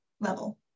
level